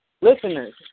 listeners